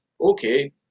Okay